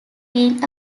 being